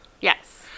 yes